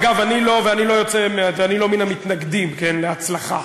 ואני לא מן המתנגדים להצלחה,